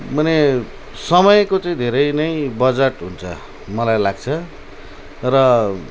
माने समयको चाहिँ धेरै नै बजट हुन्छ मलाई लाग्छ र